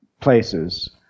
places